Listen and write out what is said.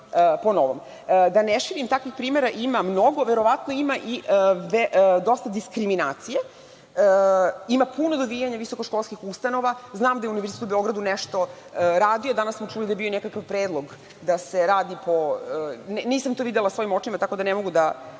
ne širim, takvih primera ima mnogo. Verovatno ima i dosta diskriminacije. Ima puno dovijanja visokoškolskih ustanova. Znam da je Univerzitet u Beogradu nešto radio. Danas smo čuli da je bio i nekakav predlog da se radi, nisam to videla svojim očima, tako da ne mogu da